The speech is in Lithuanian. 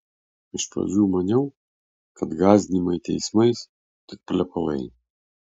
iš pradžių maniau kad gąsdinimai teismais tik plepalai